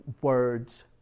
words